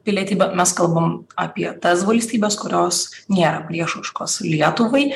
pilietybę mes kalbame apie tas valstybes kurios nėra priešiškos lietuvai